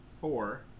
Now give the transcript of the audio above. four